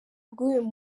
bwuyu